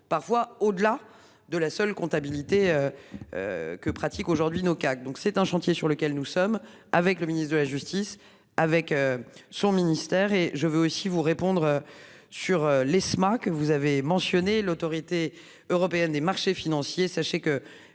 parfois au-delà de la seule comptabilité. Que pratiquent aujourd'hui nos donc c'est un chantier sur lequel nous sommes avec le ministre de la justice avec son ministère et je veux aussi vous répondre. Sur l'Esma que vous avez mentionné l'Autorité européenne des marchés financiers.